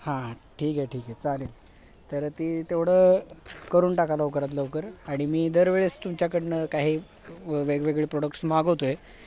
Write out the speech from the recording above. हां ठीक आहे ठीक आहे चालेल तर ती तेवढं करून टाका लवकरात लवकर आणि मी दरवेळेस तुमच्याकडून काही वेगवेगळे प्रोडक्ट्स मागवतो आहे